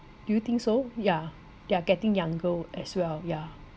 do you think so ya they are getting younger al~ as well yeah